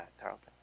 Tarleton